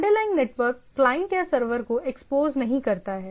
underlying network client या server को expose नहीं करता है